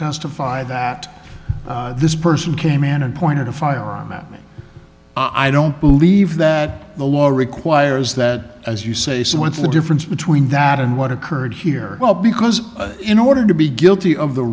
testify that this person came in and pointed a firearm at me i don't believe that the law requires that as you say so what's the difference between that and what occurred here well because in order to be guilty of the